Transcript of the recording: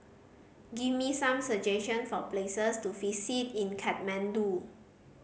give me some suggestion for places to visit in Kathmandu